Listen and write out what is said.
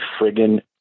friggin